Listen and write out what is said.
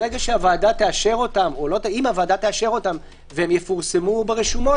אם הוועדה תאשר אותם והם יפורסמו ברשומות,